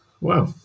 Wow